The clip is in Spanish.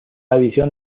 adición